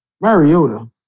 Mariota